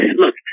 look